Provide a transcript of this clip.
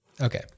okay